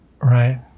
Right